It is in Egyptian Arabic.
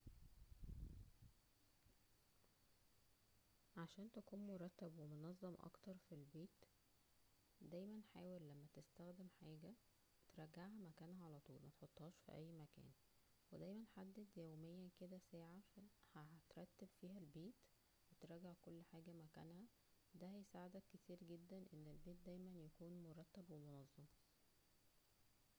عشان تكون مرتب ومنظم اكتر فى البيت, دايما حاول لما تستخدم حاجة ترجعها مكانها على طول متحطهاش فى اى مكان ,ودايما حدد يوميا كدا ساعة ترتب فيها البيت وترجع كل حاجة مكانها, دا هيسلعدك كتير جدا ان البيت دايما يكون مرتب ومنظم